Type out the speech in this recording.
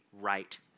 right